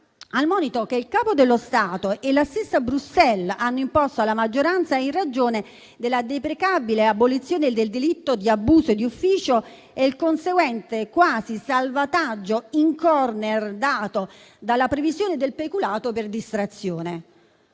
al monito che il Capo dello Stato e la stessa Bruxelles hanno imposto alla maggioranza, in ragione della deprecabile abolizione del delitto di abuso di ufficio e il conseguente quasi salvataggio in *corner* dato dalla previsione del peculato per distrazione.